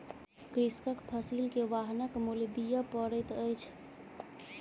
कृषकक फसिल के वाहनक मूल्य दिअ पड़ैत अछि